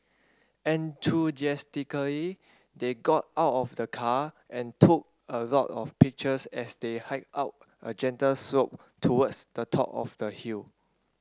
enthusiastically they got out of the car and took a lot of pictures as they hiked out a gentle slope towards the top of the hill